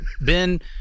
Ben